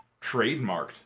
trademarked